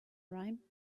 rhyme